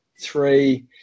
Three